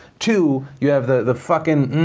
two, you have the the fuckin